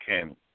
Ken